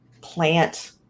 plant